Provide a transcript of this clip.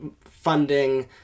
funding